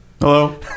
Hello